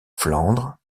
flandre